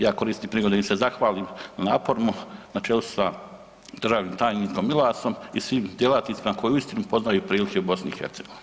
Ja koristim prigodu da im se zahvalim na naporima na čelu sa državnim tajnikom Milasom i svim djelatnicima koji uistinu poznaju prilike u BiH.